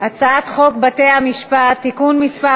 הצעת חוק בתי-המשפט (תיקון מס'